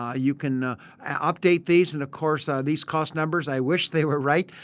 ah you can updates these and of course ah these cost numbers i wish they were right.